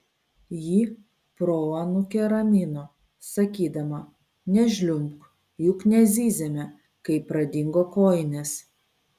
ji proanūkę ramino sakydama nežliumbk juk nezyzėme kai pradingo kojinės